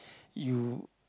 you